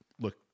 look